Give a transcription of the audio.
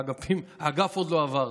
האגף עוד לא עבר,